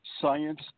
Science